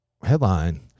Headline